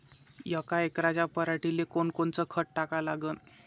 यका एकराच्या पराटीले कोनकोनचं खत टाका लागन?